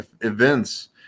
events